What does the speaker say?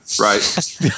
right